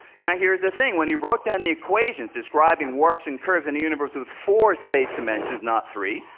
now here's the thing when he wrote down the equations describing warps and curves in a universe with four space dimensions, not three,